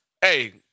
Hey